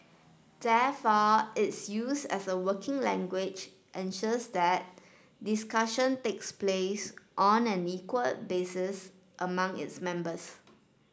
therefore its use as a working language ensures that discussion takes place on an equal basis among its members